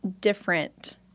different